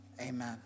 amen